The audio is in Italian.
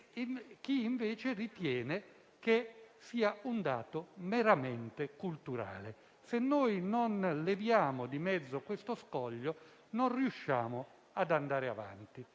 chi invece considera la sessualità un dato meramente culturale. Se non leviamo di mezzo questo scoglio, non riusciamo ad andare avanti.